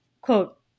quote